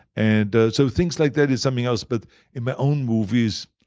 and so things like that is something else, but in my own movies,